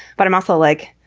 but i'm also like,